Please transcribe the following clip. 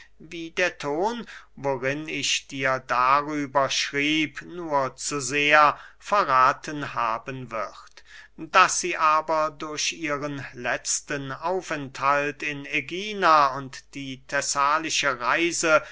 wie der ton worin ich dir darüber schrieb nur zu sehr verrathen haben wird daß sie aber durch ihren letzten aufenthalt in ägina und die thessalische reise